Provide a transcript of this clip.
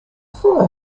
folle